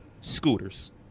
Scooters